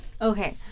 Okay